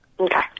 Okay